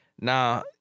Now